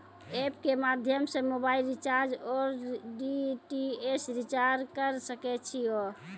App के माध्यम से मोबाइल रिचार्ज ओर डी.टी.एच रिचार्ज करऽ सके छी यो?